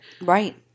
right